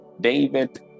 David